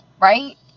Right